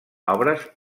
obres